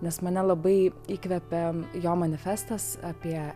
nes mane labai įkvepia jo manifestas apie